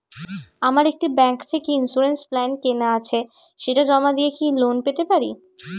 আমার একটি ব্যাংক থেকে ইন্সুরেন্স প্ল্যান কেনা আছে সেটা জমা দিয়ে কি লোন পেতে পারি?